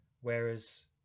whereas